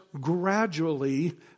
gradually